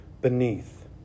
beneath